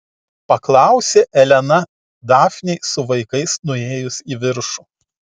paklausė elena dafnei su vaikais nuėjus į viršų